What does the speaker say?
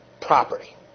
property